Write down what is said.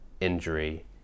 injury